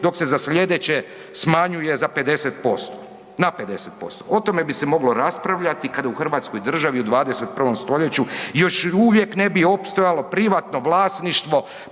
dok se za slijedeće smanjuje za 50%, na 50%. O tome bi se moglo raspravljati kada u Hrvatskoj državi u 21. stoljeću još uvijek ne bi opstojalo privatno vlasništvo